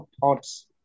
thoughts